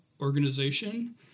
organization